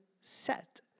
set